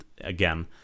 again